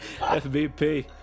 FBP